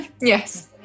yes